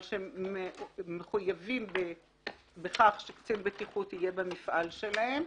אבל שמחויבים בכך שקצין בטיחות יהיה במפעל שלהם,